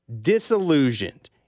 disillusioned